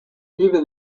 even